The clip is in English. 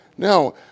Now